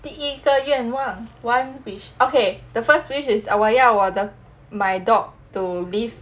第一个愿望 one wish okay the first place is 我要我的 my dog to live